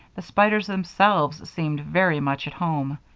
the spiders themselves seemed very much at home.